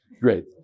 great